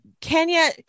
Kenya